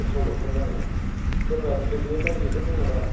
सत्र' न'खर ना औ सोरबा प्रेगनेन्ट आइजोफोर दं नामा